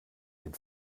den